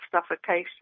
suffocation